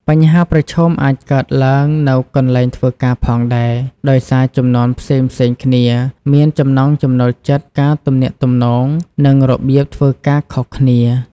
បញ្ហាប្រឈមអាចកើតឡើងនៅកន្លែងធ្វើការផងដែរ ដោយសារជំនាន់ផ្សេងៗគ្នាមានចំណង់ចំណូលចិត្តការទំនាក់ទំនង និងរបៀបធ្វើការខុសគ្នា។